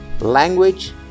Language